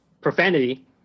profanity